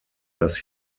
das